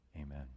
amen